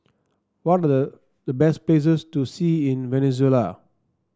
what the the best places to see in Venezuela